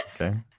Okay